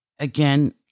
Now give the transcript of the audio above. Again